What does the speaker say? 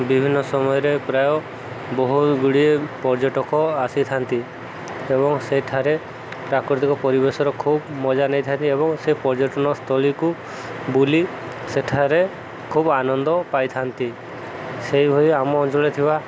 ବିଭିନ୍ନ ସମୟରେ ପ୍ରାୟ ବହୁ ଗୁଡ଼ିଏ ପର୍ଯ୍ୟଟକ ଆସିଥାନ୍ତି ଏବଂ ସେଠାରେ ପ୍ରାକୃତିକ ପରିବେଶର ଖୁବ ମଜା ନେଇଥାନ୍ତି ଏବଂ ସେ ପର୍ଯ୍ୟଟନସ୍ଥଳୀକୁ ବୁଲି ସେଠାରେ ଖୁବ ଆନନ୍ଦ ପାଇଥାନ୍ତି ସେହିଭଳି ଆମ ଅଞ୍ଚଳରେ ଥିବା